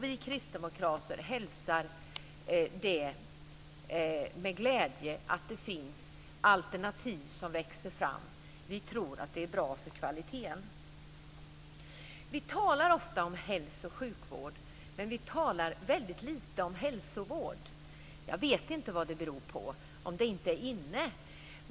Vi kristdemokrater hälsar med glädje att det växer fram alternativ. Vi tror att det är bra för kvaliteten. Vi talar ofta om hälso och sjukvård, men vi talar väldigt lite om hälsovård. Jag vet inte vad det beror på. Det är kanske inte inne.